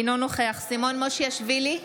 אינו נוכח סימון מושיאשוילי,